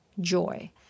joy